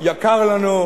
יקר לנו,